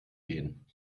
gehen